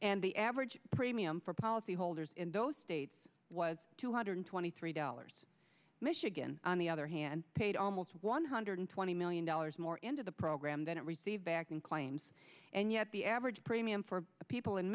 and the average premium for policyholders in those states was two hundred twenty three dollars michigan on the other hand paid almost one hundred twenty million dollars more into the program than it received back in claims and yet the average premium for people in